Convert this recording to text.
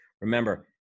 remember